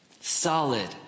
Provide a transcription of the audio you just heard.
solid